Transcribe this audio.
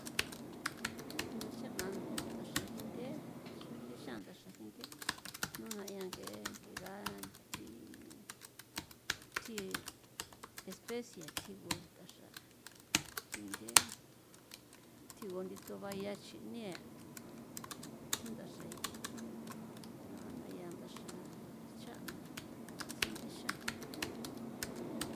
A na xa'na ndaxra jinthe xrunexa xanda jinthe nuna ya ng'e ng'e ga thi thji especie thji gu ndaxra jinthe tjigu ndito baya xinie' thi ndaxa ya pero a na ya ndaxa xa'na sinexan.